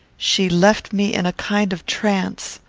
she left me in a kind of trance.